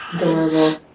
adorable